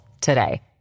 today